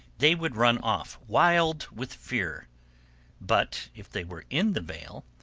they would run off, wild with fear but if they were in the vale,